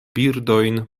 birdojn